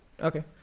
okay